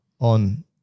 on